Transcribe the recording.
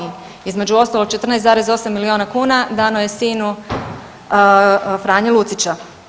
Između ostalog 14,8 milijuna kuna dano je sinu Franje Lucića.